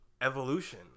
evolution